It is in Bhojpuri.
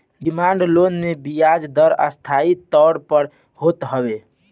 डिमांड लोन मे बियाज दर अस्थाई तौर पअ होत हवे